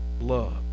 Love